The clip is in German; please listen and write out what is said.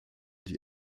die